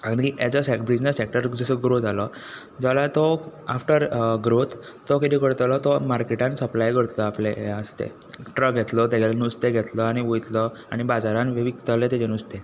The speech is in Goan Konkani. आनी एज अ सॅ बिजनस सॅक्टर जसो ग्रो जालो जाल्या तो आफ्टर ग्रोत तो किदें करतलो तो मार्केटान सप्लाय करत्लो आपलें हें आसा तें ट्रक येतलो तेगेलें नुस्तें घेत्लो आनी वयतलो आनी बाजारान विकतलें तेजें नुस्तें